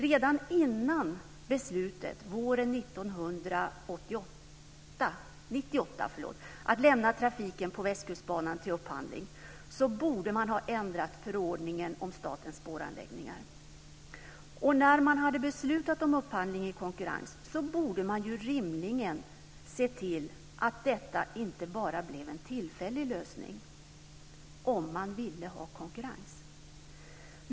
Redan innan beslutet våren 1998 om att lämna trafiken på Västkustbanan till upphandling borde man ha ändrat förordningen om statens spåranläggningar. När man hade beslutat om upphandling i konkurrens borde man rimligen ha sett till att det inte bara blev en tillfällig lösning - om man nu ville ha konkurrens.